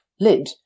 lid